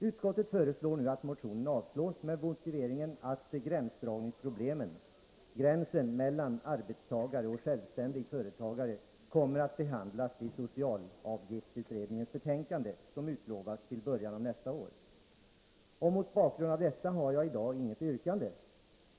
Utskottet föreslår nu att motionen avslås med motiveringen att gränsdragningsproblemet, gränsen mellan arbetstagare och självständig företagare, kommer att behandlas i socialavgiftsutredningens betänkande, som utlovas till början av nästa år. Mot bakgrund av detta har jag i dag inget yrkande.